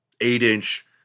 eight-inch